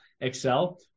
Excel